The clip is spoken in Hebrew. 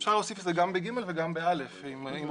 אפשר להוסיף את זה גם ב-(ג) וגם ב-(א), אם רוצים.